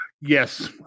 Yes